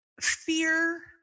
fear